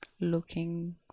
looking